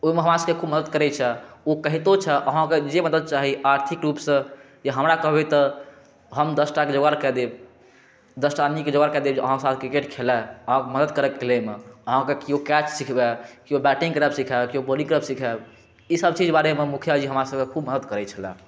ओइमे हमरा सबके खूब मदद करै छथि ओ कहितो छथि अहाँके जे मदति चाही आर्थिक रूपसँ हमरा कहबै तऽ हम दस टाके जोगाड़ कए देब दसटा आदमीके जोगाड़ कए देब अहाँ साथ क्रिकेट खेलै अहाँके मदद करै खेलैमे अहाँके केओ कैच सीखबै केओ बैटिंग करब सीखबै केओ बॉलिंग करब सीखबै ई सब चीज बारेमे मुखिया जी हमरा सबके खूब मदति करै छलै